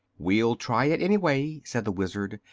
we'll try it, anyway, said the wizard.